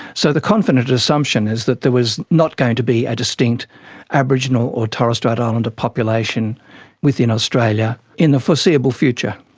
so the confident assumption is that there was not going to be a distinct aboriginal or torres strait islander population within australia in the foreseeable future.